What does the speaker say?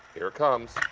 here it comes.